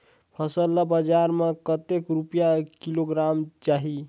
फसल ला बजार मां कतेक रुपिया किलोग्राम जाही?